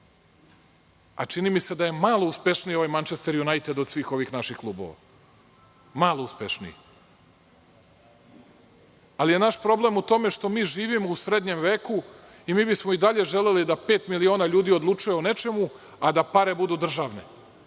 A čini mi se da je malo uspešniji ovaj „Mančester Junajted“ od svih ovih naših klubova. Malo uspešniji. Ali je naš problem u tome što mi živimo u srednjem veku i mi bismo i dalje želeli da pet miliona ljudi odlučuje o nečemu, a da pare budu državne.